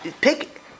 pick